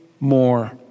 more